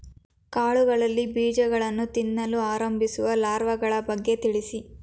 ಕಾಳುಗಳಲ್ಲಿ ಬೀಜಗಳನ್ನು ತಿನ್ನಲು ಪ್ರಾರಂಭಿಸುವ ಲಾರ್ವಗಳ ಬಗ್ಗೆ ತಿಳಿಸಿ?